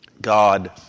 God